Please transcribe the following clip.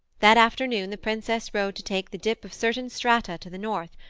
that afternoon the princess rode to take the dip of certain strata to the north.